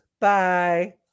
Bye